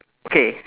okay